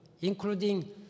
including